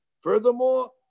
Furthermore